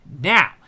now